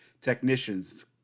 technicians